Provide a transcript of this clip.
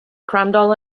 crandall